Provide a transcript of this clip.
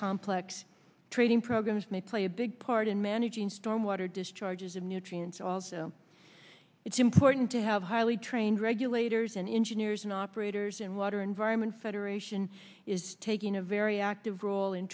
complex trading programs may play a big part in managing storm water discharges of nutrients also it's important to have highly trained regulators and engineers and operators and water environment federation is taking a very active role in